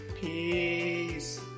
peace